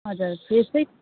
हजुर फ्रेसै